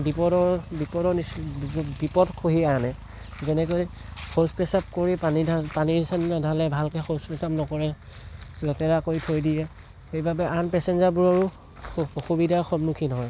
বিপদৰ বিপদ বিপদ কঢ়িয়াই আনে যেনেকৈ শৌচ পেচাব কৰি পানী পানী চানী নাঢালে ভালকৈ শৌচ পেচাব নকৰে লেতেৰা কৰি থৈ দিয়ে সেইবাবে আন পেচেঞ্জাৰবোৰৰো অসুবিধাৰ সন্মুখীন হয়